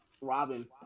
Robin